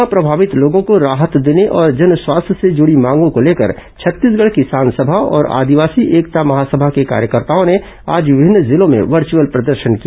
corona प्रभावित लोगों को राहत देने और जन स्वास्थ्य से जुड़ी मांगों को लेकर छत्तीसगढ़ किसान सभा और आदिवासी एकता महासभा के कार्यकर्ताओं ने आज विभिन्न जिलों में वर्च्अल प्रदर्शन किया